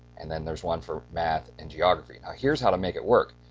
and then there's one for math and geography. now here's how to make it work,